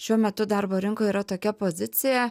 šiuo metu darbo rinkoj yra tokia pozicija